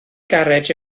garej